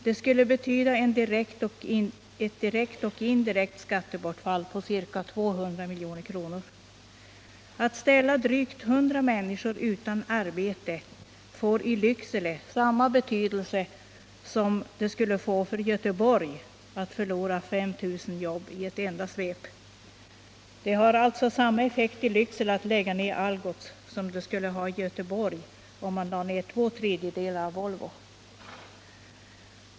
Det skulle betyda ett direkt och indirekt skattebortfall på ca 2 milj.kr. Att ställa drygt 100 människor utan arbete får i Lycksele samma betydelse som det skulle få för Göteborg att förlora 5 000 jobb i ett enda svep. Det har alltså samma effekt i Lycksele att lägga ned Algots som det skulle ha i Göteborg om man lade ned två tredjedelar av Volvo där.